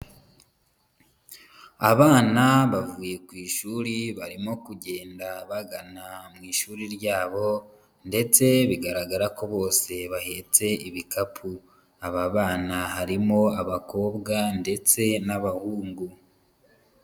Abana bavuye ku ishuri barimo kugenda bagana mu ishuri ryabo ndetse bigaragara ko bose bahetse ibikapu, aba bana harimo abakobwa ndetse n'abahungu.